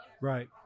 Right